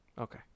Okay